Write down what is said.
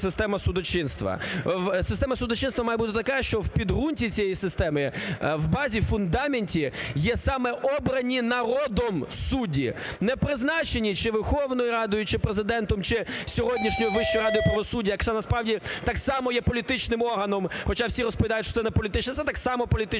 Система судочинства має бути така, що в підґрунті цієї системи, в базі, у фундаменті є саме, обрані народом, судді, не призначені чи Верховною Радою, чи Президентом, чи сьогоднішньою Вищою радою правосуддя, як це насправді, так само, є політичним органом, хоча всі розповідають, що це не політичний, це так само політичний